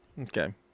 Okay